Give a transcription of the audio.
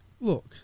look